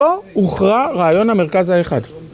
או הוכרע רעיון המרכז האחד